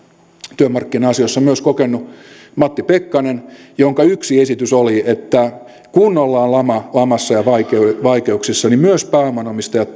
työmarkkina asioissa myös kokenut matti pekkanen jonka yksi esitys oli että kun ollaan lamassa ja vaikeuksissa niin myös pääoman omistajat